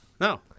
No